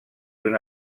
una